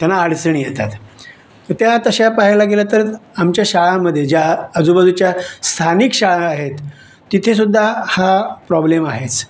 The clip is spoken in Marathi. त्यांना अडचणी येतात त्या तशा पहायला गेलं तर आमच्या शाळांमध्ये ज्या आजूबाजूच्या स्थानिक शाळा आहेत तिथेसुद्धा हा प्रॉब्लेम आहेच